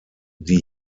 die